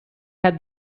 had